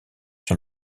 sur